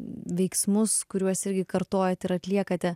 veiksmus kuriuos irgi kartojat ir atliekate